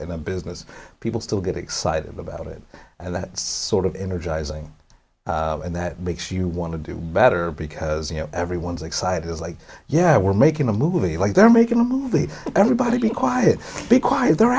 in a business people still get excited about it and that sort of energizing and that makes you want to do better because you know everyone's excited is like yeah we're making a movie like they're making a movie everybody be quiet be quiet they're